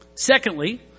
Secondly